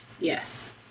Yes